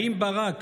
האם ברק,